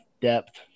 depth